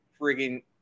friggin